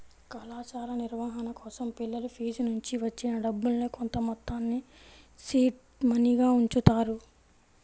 కళాశాల నిర్వహణ కోసం పిల్లల ఫీజునుంచి వచ్చిన డబ్బుల్నే కొంతమొత్తాన్ని సీడ్ మనీగా ఉంచుతారు